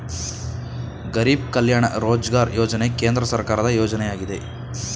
ಗರಿಬ್ ಕಲ್ಯಾಣ ರೋಜ್ಗಾರ್ ಯೋಜನೆ ಕೇಂದ್ರ ಸರ್ಕಾರದ ಯೋಜನೆಯಾಗಿದೆ